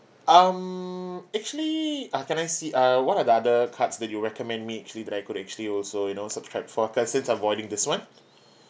um actually ah can I see uh what are the other cards that you recommend me actually that I could actually also you know subscribe for cause since I'm voiding this one